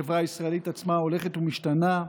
החברה ישראלית עצמה הולכת ומשתנה,